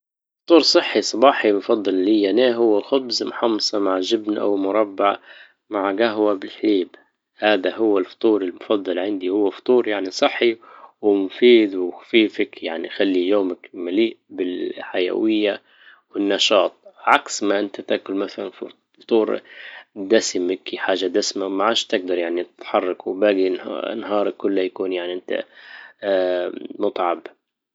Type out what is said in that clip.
فطور صحي صباحي بفضل ليا انا هو خبز محمصة مع جبنة او مربع مع قهوة بالحليب هذا هو الفطور المفضل عندي هو فطور يعني وصحي ومفيد وخفيفك يعني خلي يومك مليء بالحيوية والنشاط عكس ما انت تاكل مثلا الفطور دسم مكي حاجة دسمة معاش تجدر يعني تتحرك وباجي نهارك كله يكون يعني انت متعب